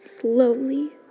slowly